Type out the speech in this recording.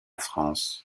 france